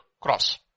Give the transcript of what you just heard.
Cross